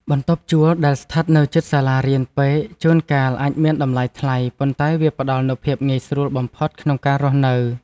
បន្ទប់ជួលដែលស្ថិតនៅជិតសាលារៀនពេកជួនកាលអាចមានតម្លៃថ្លៃ ប៉ុន្តែវាផ្តល់នូវភាពងាយស្រួលបំផុតក្នុងការរស់នៅ។